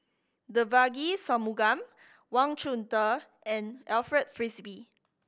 Devagi Sanmugam Wang Chunde and Alfred Frisby